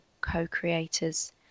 co-creators